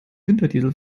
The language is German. winterdiesel